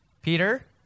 Peter